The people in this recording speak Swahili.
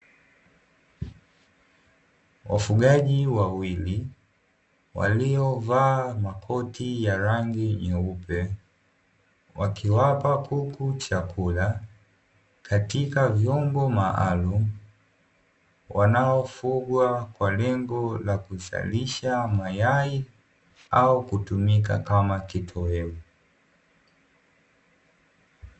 Wafugaji wawili waliovaa makoti ya rangi nyeupe, wakiwapa kuku chakula katika vyombo maalumu, wanaofugwa kwa lengo la kuzalisha mayai au kutumika kama kitoweo.